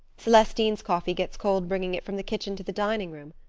celestine's coffee gets cold bringing it from the kitchen to the dining-room.